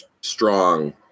strong